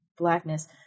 blackness